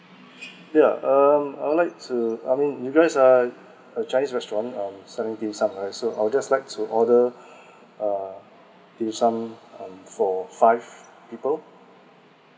yeah um I would like to I mean you guys are a chinese restaurant um serving dim sum right so I'll just like to order uh dim sum um for five people